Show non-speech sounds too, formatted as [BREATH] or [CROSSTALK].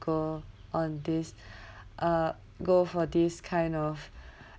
go on this [BREATH] uh go for this kind of [BREATH]